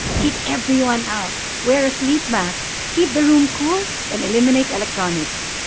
everyone out! where a sleep mask. keep the room cool and eliminate electronics.